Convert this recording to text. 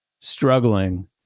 struggling